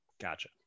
Gotcha